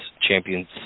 champions